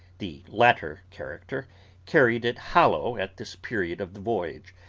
the latter character carried it hollow at this period of the voyage,